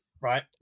right